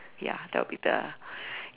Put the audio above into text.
ya that would be the